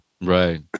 right